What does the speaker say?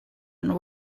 and